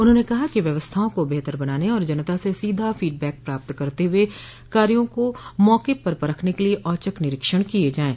उन्होंने कहा है कि व्यवस्थाओं को बेहतर बनाने और जनता से सीधा फीडबैक प्राप्त करते हुए कार्यों को मौके पर परखने के लिए औचक निरीक्षण किए जाएं